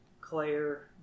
Claire